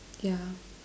yeah